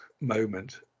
moment